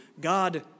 God